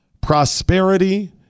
prosperity